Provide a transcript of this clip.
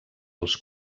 els